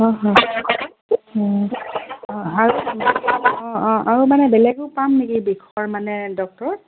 বেলেগো পাম নেকি বিষৰ মানে ডক্টৰ